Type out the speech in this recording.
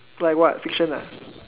like what fiction ah